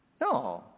No